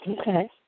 Okay